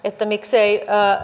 miksei